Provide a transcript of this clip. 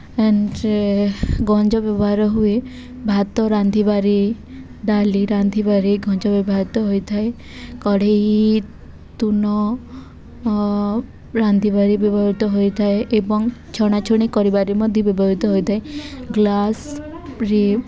and ଗଞ୍ଜ ବ୍ୟବହାର ହୁଏ ଭାତ ରାନ୍ଧିବାରେ ଡାଲି ରାନ୍ଧିବାରେ ଗଞ୍ଜ ବ୍ୟବହିତ ହୋଇଥାଏ କଢ଼େଇ ତୁନ ରାନ୍ଧିବାରେ ବ୍ୟବହୃତ ହୋଇଥାଏ ଏବଂ ଛଣା ଛଣି କରିବାରେ ମଧ୍ୟ ବ୍ୟବହୃତ ହୋଇଥାଏ ଗ୍ଲାସ୍ରେ